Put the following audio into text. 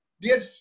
Dear